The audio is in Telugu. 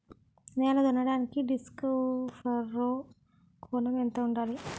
నేల దున్నడానికి డిస్క్ ఫర్రో కోణం ఎంత ఉండాలి?